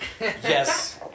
Yes